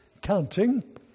counting